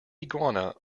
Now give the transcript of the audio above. iguana